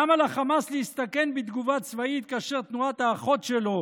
למה לחמאס להסתכן בתגובה צבאית כאשר תנועת האחות שלו,